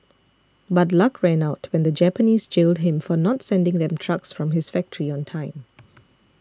but luck ran out when the Japanese jailed him for not sending them trucks from his factory on time